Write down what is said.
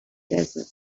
desert